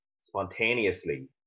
spontaneously